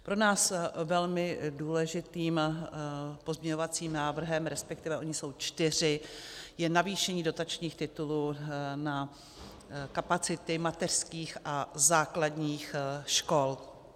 Pro nás velmi důležitým pozměňovacím návrhem, resp. ony jsou čtyři, je navýšení dotačních titulů na kapacity mateřských a základních škol.